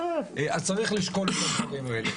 אז צריך לשקול את הדברים האלה.